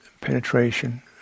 penetration